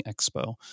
Expo